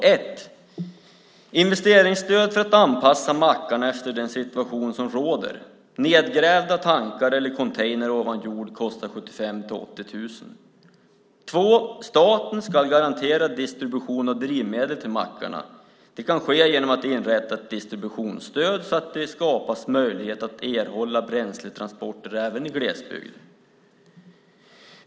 Det första är att ge investeringsstöd för att anpassa mackarna efter den situation som råder. Nedgrävda tankar eller container ovan jord kostar 75 000-80 000. Det andra är att staten ska garantera distribution av drivmedel till mackarna. Det kan ske genom att vi inrättar ett distributionsstöd så att det skapas möjlighet att erhålla bränsletransporter även i glesbygd.